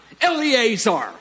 Eleazar